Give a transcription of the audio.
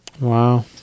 Wow